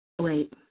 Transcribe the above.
Wait